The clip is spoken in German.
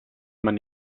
man